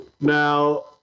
Now